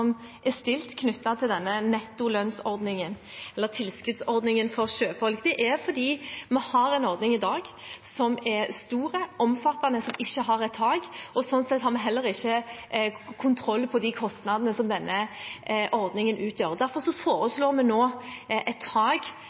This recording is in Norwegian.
er stilt knyttet til denne nettolønnsordningen, eller tilskuddsordningen for sjøfolk. Det er fordi vi har en ordning i dag som er stor og omfattende, og som ikke har et tak, og sånn sett har vi heller ikke kontroll på de kostnadene som denne ordningen utgjør. Derfor foreslår vi nå et tak